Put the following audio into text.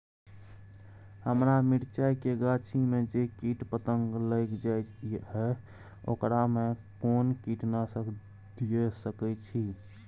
हमरा मिर्चाय के गाछी में जे कीट पतंग लैग जाय है ओकरा में कोन कीटनासक दिय सकै छी?